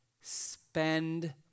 Spend